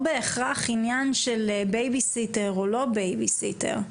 בהכרח עניין של בייביסיטר או לא בייביסיטר בחופשה.